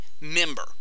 member